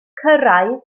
cyrraedd